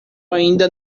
ainda